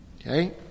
Okay